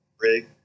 rig